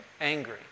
angry